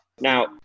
Now